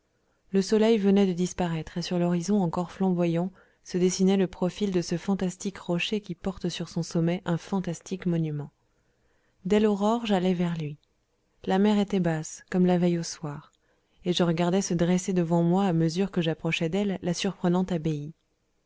le soleil venait de disparaître et sur l'horizon encore flamboyant se dessinait le profil de ce fantastique rocher qui porte sur son sommet un fantastique monument dès l'aurore j'allai vers lui la mer était basse comme la veille au soir et je regardais se dresser devant moi à mesure que j'approchais d'elle la surprenante abbaye